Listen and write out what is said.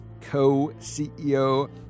co-CEO